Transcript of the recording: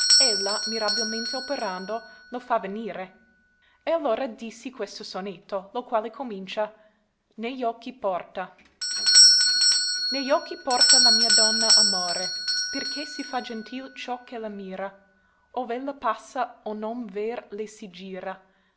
potenzia ella mirabilemente operando lo fa venire e allora dissi questo sonetto lo quale comincia negli occhi porta negli occhi porta la mia donna amore per che si fa gentil ciò ch'ella mira ov'ella passa ogn'om vèr lei si gira